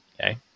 Okay